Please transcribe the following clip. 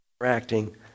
interacting